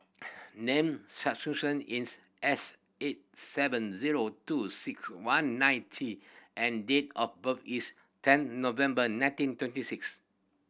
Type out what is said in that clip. name is S eight seven zero two six one nine T and date of birth is ten November nineteen twenty six